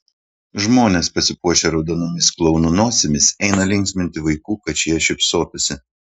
žmonės pasipuošę raudonomis klounų nosimis eina linksminti vaikų kad šie šypsotųsi